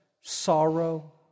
sorrow